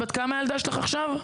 בת כמה הילדה שלך עכשיו?